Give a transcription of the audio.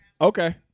Okay